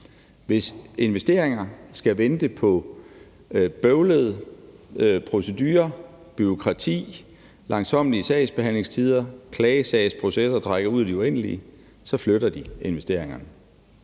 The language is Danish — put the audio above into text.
Hvis investorerne skal vente på bøvlede procedurer, bureaukrati, langsommelige sagsbehandlingstider og klagesagsprocesser, der trækker ud i det uendelige, så flytter de investeringerne,